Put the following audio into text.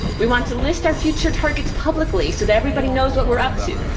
we want to list our future targets publicly so that everybody knows what we're up to.